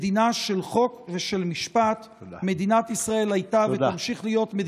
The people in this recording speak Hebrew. מדינה של חוק ושל משפט, של חירות,